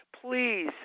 please